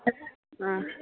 हां